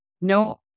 No